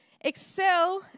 excel